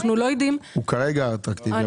הוא אטרקטיבי כרגע,